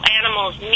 animals